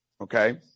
okay